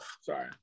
Sorry